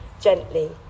gently